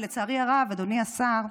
ולצערי הרב, אדוני השר,